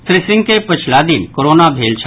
श्री सिंह के पछिला दिन कोरोना भेल छल